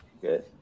Good